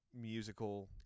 musical